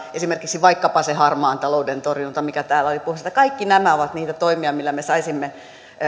esimerkiksi vaikkapa se harmaan talouden torjunta mistä täällä oli puhe kaikki nämä ovat niitä toimia millä me saisimme